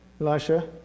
Elisha